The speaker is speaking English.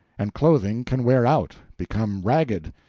and clothing can wear out, become ragged,